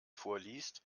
vorliest